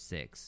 Six